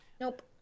Nope